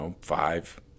five